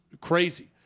crazy